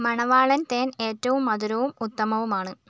മണവാളൻ തേൻ ഏറ്റവും മധുരവും ഉത്തമവുമാണ്